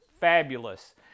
fabulous